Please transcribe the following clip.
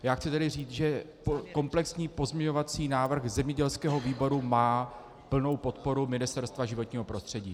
Já chci tedy říct, že komplexní pozměňovací návrh zemědělského výboru má plnou podporu Ministerstva životního prostředí.